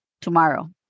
tomorrow